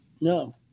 No